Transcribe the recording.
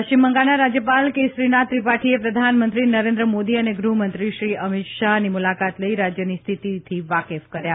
પશ્ચિમ બંગાળના રાજયપાલ કેસરીનાથ ત્રિપાઠીએ પ્રધાનમંત્રી નરેન્દ્ર મોદી અને ગૃહમંત્રીશ્રી અમીત શાહની મુલાકાત લઇ રાજયની સ્થિતિથી વાકેફ કર્યા